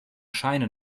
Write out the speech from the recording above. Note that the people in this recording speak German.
scheine